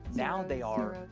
now they are